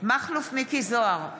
מכלוף מיקי זוהר,